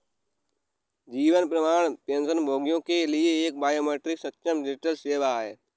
जीवन प्रमाण पेंशनभोगियों के लिए एक बायोमेट्रिक सक्षम डिजिटल सेवा है